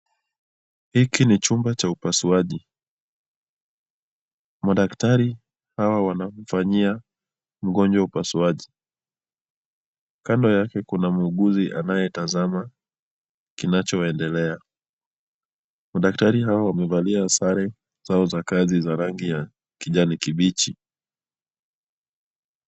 Hiki ni chumba cha upasuaji. Madaktari hawa wanamfanyia mgonjwa upasuaji. Kando yake kuna muuguzi anayetazama kinachoendelea. Madaktari hawa wamevalia sare zao za kazi za rangi ya kijani kibichi.